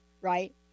right